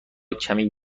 کمی